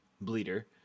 bleeder